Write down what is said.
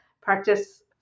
practice